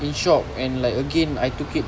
in shock and like again I took it